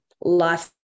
life